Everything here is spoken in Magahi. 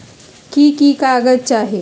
की की कागज़ात चाही?